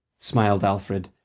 smiled alfred,